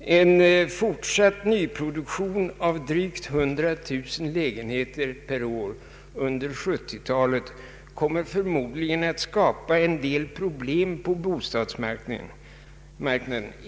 ”En fortsatt nyproduktion av drygt 100 000 lägenheter per år under sjuttiotalet kommer förmodligen att ska pa en del problem på bostadsmarknaden.